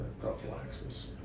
prophylaxis